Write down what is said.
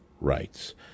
rights